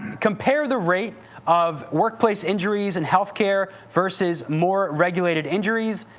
compare the rate of workplace injuries and health care versus more regulated injuries,